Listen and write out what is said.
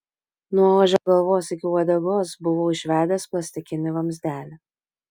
nuo ožio galvos iki uodegos buvau išvedęs plastikinį vamzdelį